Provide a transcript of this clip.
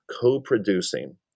co-producing